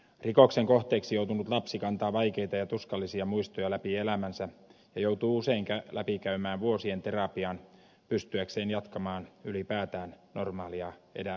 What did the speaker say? rikoksen kohteeksi joutunut lapsi kantaa vaikeita ja tuskallisia muistoja läpi elämänsä ja joutuu usein läpikäymään vuosien terapian pystyäkseen ylipäätään jatkamaan normaalia elämää